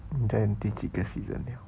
你在第几个 season liao